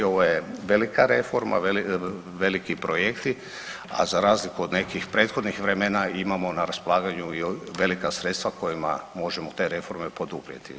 Ovo je velika reforma, veliki projekti, a za razliku od nekih prethodnih vremena imamo na raspolaganju velika sredstva kojima možemo te reforme poduprijeti.